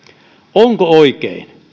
onko oikein